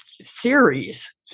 series